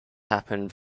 happened